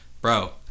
Bro